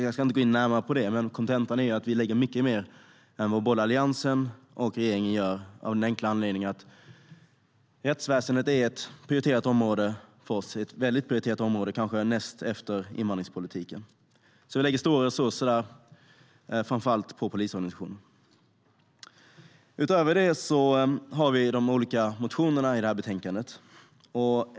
Jag ska inte gå in närmare på det, men kontentan är att vi lägger mycket mer än vad både Alliansen och regeringen gör av den enkla anledningen att rättsväsendet är det mest prioriterade området för oss efter invandringspolitiken. Vi lägger stora resurser framför allt på polisorganisationen. Utöver det har vi olika motioner i betänkandet.